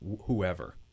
whoever